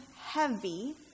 heavy